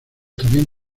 también